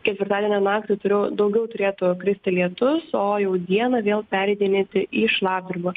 ketvirtadienio naktį turiu daugiau turėtų kristi lietus o jau dieną vėl pereidinėti į šlapdribą